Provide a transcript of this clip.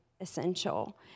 essential